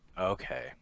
Okay